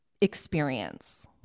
experience